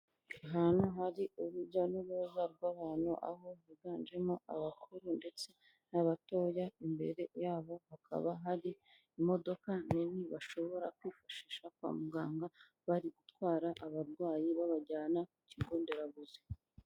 Ahantu hari urujya n'uruza rw'abantu aho biganjemo abakuru ndetse n'abatoya, imbere yabo hakaba hari imodoka nini bashobora kwifashisha kwa muganga bari gutwara abarwayi babajyana ku kigo nderabuzi.